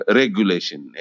regulation